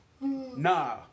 Nah